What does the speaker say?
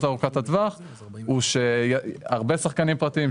ארוכת הטווח הוא שהרבה שחקנים פרטיים,